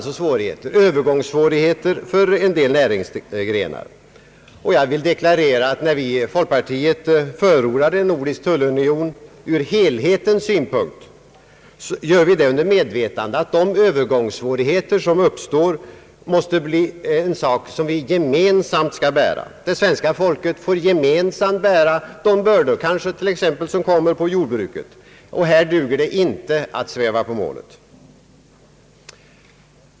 Övergångssvårigheter torde = alltså komma att uppstå för vissa näringsgrenar. Jag vill deklarera att när vi i folkpartiet förordar en nordisk tullunion — ur helhetens synpunkt — så gör vi det i medvetande om att övergångssvårigheterna måste bäras av alla gemensamt. Det svenska folket får räkna med att gemensamt bära de bördor som kan komma att läggas på t.ex. jordbruket. Här duger det inte att sväva på målet.